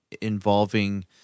involving